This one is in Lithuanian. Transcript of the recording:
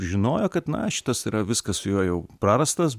žinojo kad na šitas yra viskas su juo jau prarastas